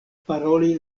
paroli